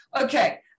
okay